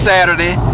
Saturday